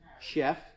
chef